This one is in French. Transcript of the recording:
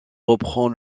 reprend